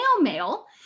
mail